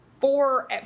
four